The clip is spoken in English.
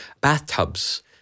Bathtubs